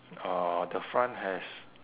uh the front has